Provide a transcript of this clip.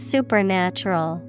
Supernatural